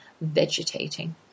vegetating